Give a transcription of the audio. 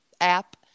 app